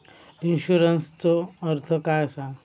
इन्शुरन्सचो अर्थ काय असा?